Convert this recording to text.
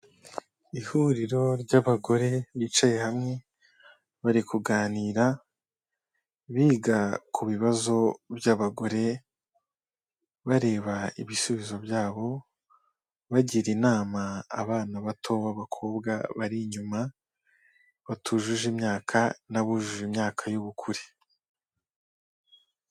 Ihuriro ry'abagore bicaye hamwe, bari kuganira biga ku bibazo by'abagore, bareba ibisubizo byabo, bagira inama abana bato b'abakobwa bari inyuma, batujuje imyaka n'abujuje imyaka y'ubukure.